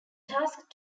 tasked